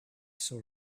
saw